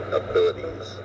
abilities